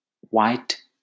white